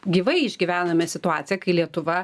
gyvai išgyvename situaciją kai lietuva